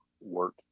work